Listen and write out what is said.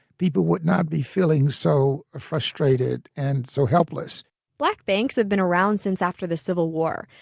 people would not be feeling so frustrated and so helpless black banks have been around since after the civil war.